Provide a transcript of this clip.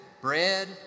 bread